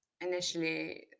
initially